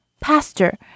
Pastor